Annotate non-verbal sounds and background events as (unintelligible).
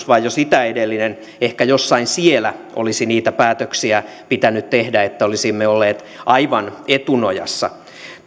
(unintelligible) vai jo sitä edellinen ehkä jossain siellä olisi niitä päätöksiä pitänyt tehdä että olisimme olleet aivan etunojassa tästä